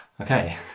Okay